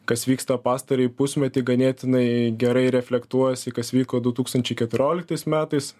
kas vyksta pastarąjį pusmetį ganėtinai gerai reflektuojasi kas vyko du tūkstančiai keturioliktais metais